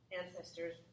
ancestors